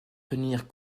tenir